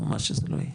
או מה שזה לא יהיה.